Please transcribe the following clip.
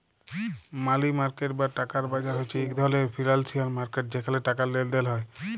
মালি market বা টাকার বাজার হছে ইক ধরলের ফিল্যালসিয়াল মার্কেট যেখালে টাকার লেলদেল হ্যয়